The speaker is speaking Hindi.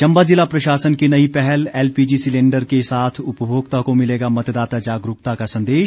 चम्बा जिला प्रशासन की नई पहल एलपीजी सिलेंडर के साथ उपभोक्ता को मिलेगा मतदाता जागरूकता का संदेश